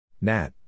Nat